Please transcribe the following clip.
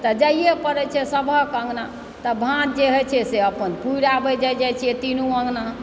तऽ जाइए पड़ैत छै सभक अङ्गना तऽ भाँज जे होइत छै से अपन पुरि आबय जाइ छियै तिनु अङ्गना